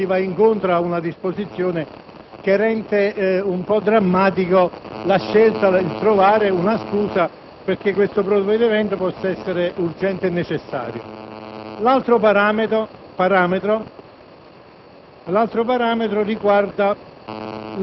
mancanza di omogeneità, sicuramente si va incontro ad una disposizione che rende drammatica la scelta di trovare una scusa perché questo provvedimento possa essere urgente e necessario. Un altro parametro riguarda